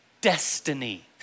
Destiny